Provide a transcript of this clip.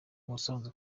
ubusanzwe